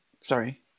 Sorry